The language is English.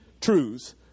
truths